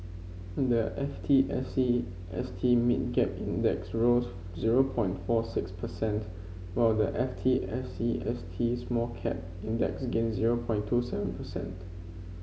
the F T S E S T Mid Cap Index rose zero point four six percent while the F T S E S T Small Cap Index gained zero point two seven percent